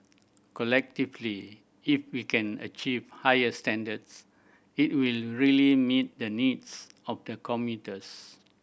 collectively if we can achieve higher standards it will really meet the needs of the commuters